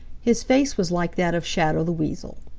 his face was like that of shadow the weasel.